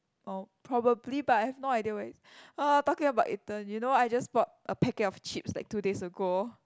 oh probably but I have no idea where is it !huh! talking about eaten you know I just bought a packet of chips like two days ago